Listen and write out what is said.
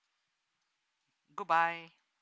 good bye